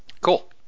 Cool